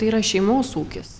tai yra šeimos ūkis